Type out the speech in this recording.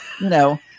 No